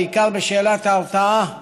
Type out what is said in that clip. בעיקר בשאלת ההתרעה,